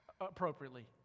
appropriately